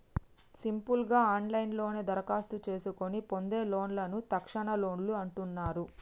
simple గా ఆన్లైన్లోనే దరఖాస్తు చేసుకొని పొందే లోన్లను తక్షణలోన్లు అంటున్నరు